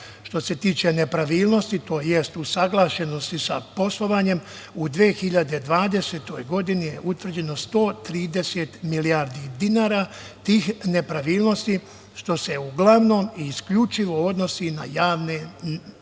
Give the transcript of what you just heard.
se tiče nepravilnosti, to jest usaglašenosti sa poslovanjem u 2020. godini je utvrđeno 130 milijardi dinara tih nepravilnosti što se uglavnom i isključivo odnosi na javne nabavke.